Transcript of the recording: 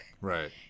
right